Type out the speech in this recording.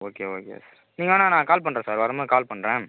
okay okay sir நீங்கள் வேணால் நான் கால் பண்ணுறேன் சார் வரும்போது கால் பண்ணுறேன்